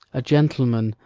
a gentleman,